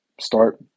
start